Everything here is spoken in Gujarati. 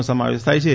નો સમાવેશ થાય છે